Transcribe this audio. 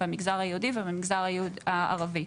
במגזר היהודי ובמגזר הערבי.